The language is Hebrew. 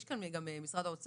יש כאן אולי גם נציג מהאוצר?